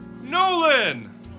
Nolan